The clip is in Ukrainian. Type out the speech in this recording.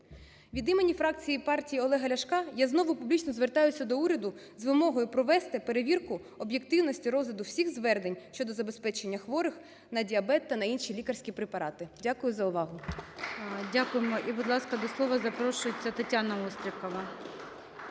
Від імені фракції партії Олега Ляшка я знову публічно звертаюся до уряду з вимогою провести перевірку об'єктивності розгляду всіх звернень щодо забезпечення хворих на діабет та на інші лікарські препарати. Дякую за увагу.